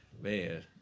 Man